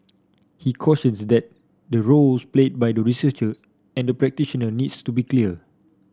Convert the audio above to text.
he cautions that the roles played by the researcher and the practitioner needs to be clear